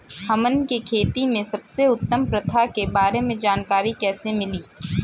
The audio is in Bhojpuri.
हमन के खेती में सबसे उत्तम प्रथा के बारे में जानकारी कैसे मिली?